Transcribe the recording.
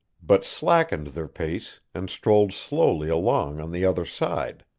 but slackened their pace and strolled slowly along on the other side.